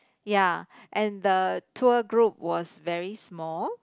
ya and the tour group was very small